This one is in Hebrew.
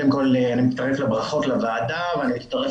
אני קודם כל מצטרף לברכות לוועדה ואני מצטרף